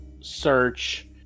Search